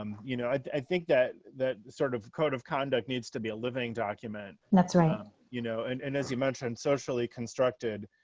um you know, i think that that sort of code of conduct needs to be a living document that's right um you know and and as you mentioned, socially constructed,